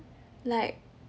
like